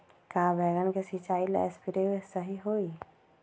का बैगन के सिचाई ला सप्रे सही होई?